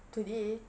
today